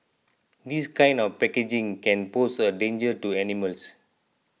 this kind of packaging can pose a danger to animals